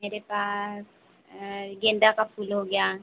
मेरे पास गेंदा का फूल हो गया